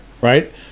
right